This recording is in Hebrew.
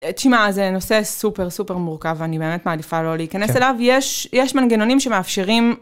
'תשמע זה נושא סופר סופר מורכב ואני באמת מעדיפה לא להיכנס אליו, יש מנגנונים שמאפשרים...